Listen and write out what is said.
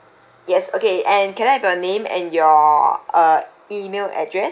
yes okay and can I have your name and your uh email address